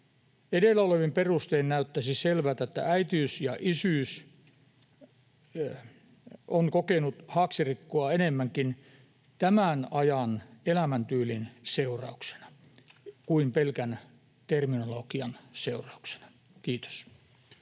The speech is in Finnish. Edellä olevin perustein näyttäisi selvältä, että äitiys ja isyys ovat kokeneet haaksirikkoa enemmänkin tämän ajan elämäntyylin seurauksena kuin pelkän terminologian seurauksena. — Kiitos.